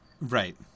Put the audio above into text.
Right